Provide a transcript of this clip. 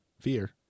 fear